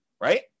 right